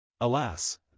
Alas